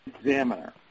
examiner